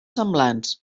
semblants